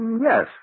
Yes